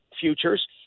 futures